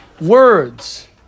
words